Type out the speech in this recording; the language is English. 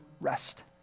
rest